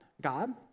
God